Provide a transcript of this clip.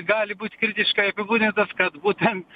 gali būt kritiškai apibūdintas kad būtent